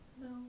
No